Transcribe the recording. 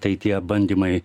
tai tie bandymai